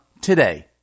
today